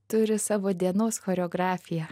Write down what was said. turi savo dienos choreografiją